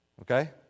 Okay